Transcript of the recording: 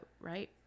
right